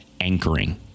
anchoring